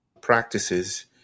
practices